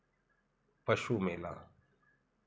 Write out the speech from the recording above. पशु मेला